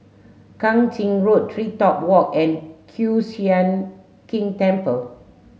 Kang Ching Road TreeTop Walk and Kiew Sian King Temple